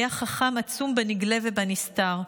היה חכם עצום בנגלה ובנסתר,